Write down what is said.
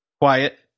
quiet